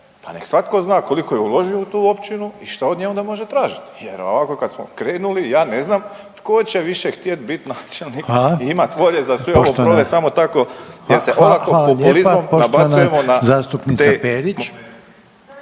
pa nek svatko zna koliko je uložio u tu općini i šta od nje onda može tražiti jer ovako kad smo krenuli ja ne znam tko će više htjeti biti načelnik i …/Upadica: Hvala./… imat volje za sve ovo …/Govornici govore